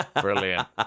Brilliant